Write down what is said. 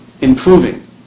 improving